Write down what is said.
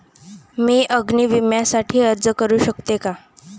मी अग्नी विम्यासाठी अर्ज करू शकते का?